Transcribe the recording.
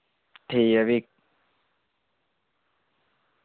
ठीक ऐ फ्ही